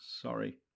sorry